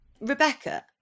Rebecca